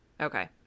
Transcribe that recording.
Okay